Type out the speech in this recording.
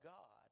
God